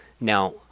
Now